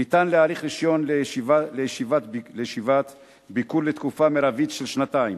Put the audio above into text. ניתן להאריך רשיון לישיבת ביקור לתקופה מרבית של שנתיים.